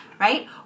right